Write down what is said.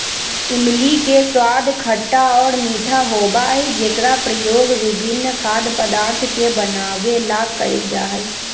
इमली के स्वाद खट्टा और मीठा होबा हई जेकरा प्रयोग विभिन्न खाद्य पदार्थ के बनावे ला कइल जाहई